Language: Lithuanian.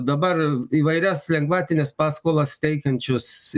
dabar įvairias lengvatines paskolas teikiančius